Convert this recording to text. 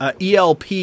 ELP